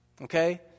Okay